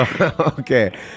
okay